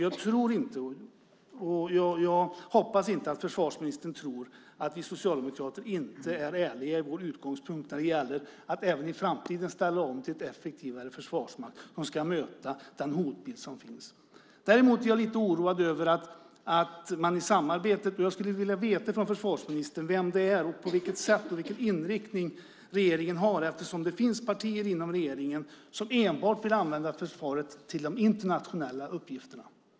Jag hoppas att försvarsministern inte tror att vi socialdemokrater inte är ärliga i vår utgångspunkt när det gäller att även i framtiden ställa om till en effektivare försvarsmakt som ska möta den hotbild som finns. Jag skulle vilja höra från försvarsministern vilken inriktning regeringen har. Det finns partier inom regeringen som enbart vill använda försvaret till de internationella uppgifterna.